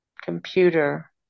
Computer